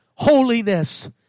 holiness